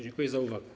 Dziękuję za uwagę.